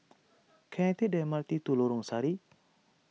can I take the M R T to Lorong Sari